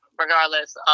regardless